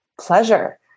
pleasure